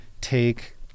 take